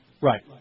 Right